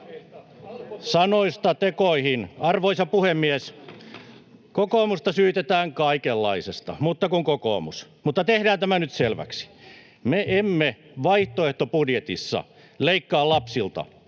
Sanoista tekoihin. Arvoisa puhemies! Kokoomusta syytetään kaikenlaisesta, ”mutta kun kokoomus”. Mutta tehdään tämä nyt selväksi. Me emme vaihtoehtobudjetissa leikkaa lapsilta,